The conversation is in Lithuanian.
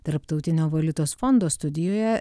tarptautinio valiutos fondo studijoje